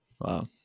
Wow